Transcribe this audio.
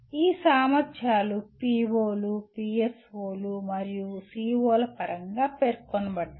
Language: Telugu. ఈ సామర్ధ్యాలు PO లు PSO లు మరియు CO ల పరంగా పేర్కొనబడ్డాయి